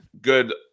good